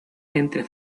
entre